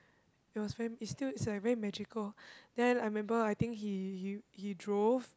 it was very it's still it's like very magical then I remember I think he he he drove